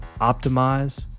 Optimize